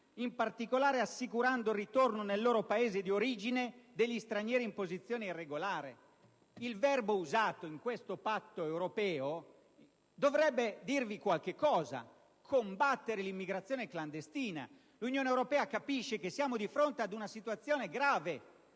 in particolare, il ritorno nel loro Paese di origine degli stranieri in posizione irregolare. Il verbo usato in questo Patto europeo dovrebbe dirvi qualcosa: si parla di combattere l'immigrazione clandestina perché l'Unione europea capisce che siamo di fronte ad una situazione grave